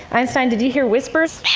einstein, did you hear whispers?